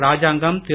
ராஜாங்கம் திரு